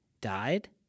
died